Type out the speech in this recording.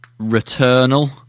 Returnal